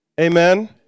Amen